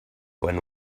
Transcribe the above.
when